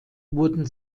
wurden